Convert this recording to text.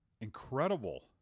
incredible